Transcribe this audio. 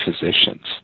physicians